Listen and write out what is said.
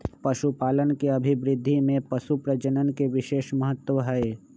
पशुपालन के अभिवृद्धि में पशुप्रजनन के विशेष महत्त्व हई